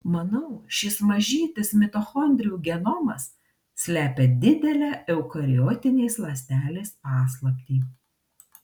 manau šis mažytis mitochondrijų genomas slepia didelę eukariotinės ląstelės paslaptį